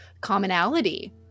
commonality